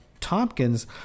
Tompkins